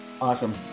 Awesome